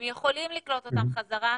הם יכולים לקלוט אותם חזרה,